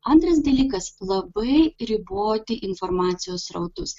antras dalykas labai riboti informacijos srautus